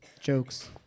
jokes